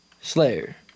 Slayer